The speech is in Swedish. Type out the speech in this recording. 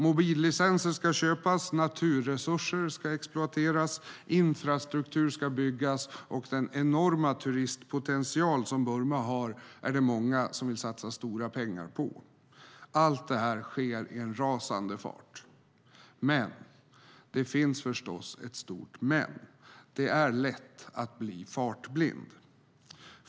Mobillicenser ska köpas, naturresurser ska exploateras, infrastruktur ska byggas och den enorma turistpotential som Burma har är det många som vill satsa stora pengar på. Allt det här sker i en rasande fart. Men, det finns förstås ett stort men. Det är lätt att bli fartblind.